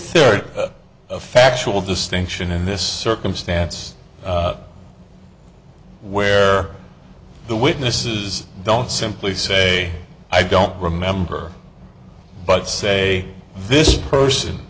a factual distinction in this circumstance where the witnesses don't simply say i don't remember but say this person